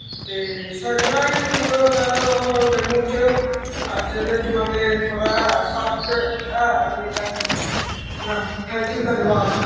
ते ग्राएं च मतलव लाई लैओ तुस जम्मू च अज्ज दे जमाने च थोह्ड़ा ऐ फर्क है हाली तक हैना थैंकयू धन्याबाद